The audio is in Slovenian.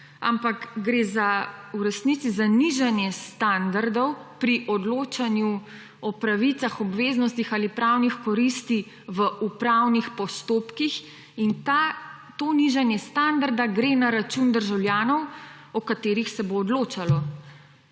ampak gre v resnici za nižanje standardov pri odločanju o pravicah, obveznostih ali pravnih koristih v upravnih postopkih. In to nižanje standarda gre na račun državljanov, o katerih se bo odločalo.